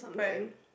but